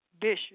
Bishop